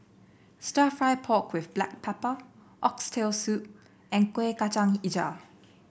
stir fry pork with Black Pepper Oxtail Soup and Kueh Kacang hijau